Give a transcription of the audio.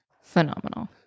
phenomenal